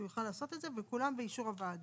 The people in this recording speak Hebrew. שהוא יוכל לעשות את זה, וכולם באישור הוועדה.